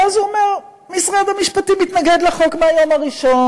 ואז הוא אומר: משרד המשפטים התנגד לחוק מהיום הראשון,